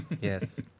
yes